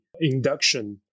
induction